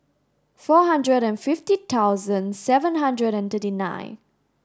four hundred and fifty thousand seven hundred and thirty nine